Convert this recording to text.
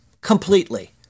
completely